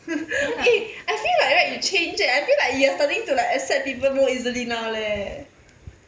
eh I feel like right you changed eh I feel like you are starting to like accept people more easily now leh